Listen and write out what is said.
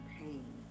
pain